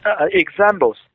Examples